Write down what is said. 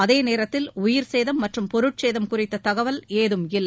அதே நேரத்தில் உயிர் சேதம் மற்றும் பொருட்சேதம் குறித்த தகவல் ஏதும் இல்லை